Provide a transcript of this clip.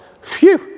Phew